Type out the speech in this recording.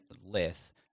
Lith